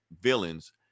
villains